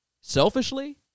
selfishly